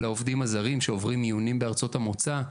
לעובדים הזרים שעוברים מיונים בארצות המוצא,